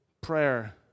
prayer